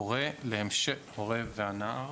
ההורה והנער